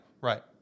Right